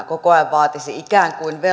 koko ajan vaatisi ikään kuin